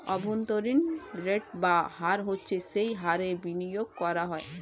অভ্যন্তরীণ রেট বা হার হচ্ছে যে হারে বিনিয়োগ করা হয়